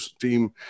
team